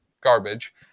garbage